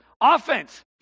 offense